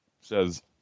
says